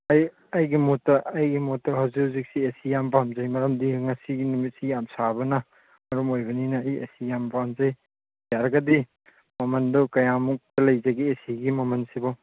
ꯑꯩꯒꯤ ꯃꯣꯠꯇ ꯑꯩꯒꯤ ꯃꯣꯠꯇ ꯍꯧꯖꯤꯛ ꯍꯧꯖꯤꯛꯁꯤ ꯑꯦ ꯁꯤ ꯌꯥꯝ ꯄꯥꯝꯖꯩ ꯃꯔꯝꯗꯤ ꯉꯁꯤꯒꯤ ꯅꯨꯃꯤꯠꯁꯤ ꯌꯥꯝ ꯁꯥꯕꯅ ꯃꯔꯝ ꯑꯣꯏꯕꯅꯤꯅ ꯑꯩ ꯑꯦ ꯁꯤ ꯌꯥꯝ ꯄꯥꯝꯖꯩ ꯌꯥꯔꯒꯗꯤ ꯃꯃꯜꯗꯨ ꯀꯌꯥꯃꯨꯛ ꯂꯩꯖꯒꯦ ꯑꯦ ꯁꯤꯒꯤ ꯃꯃꯜꯁꯤꯕꯣ